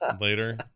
later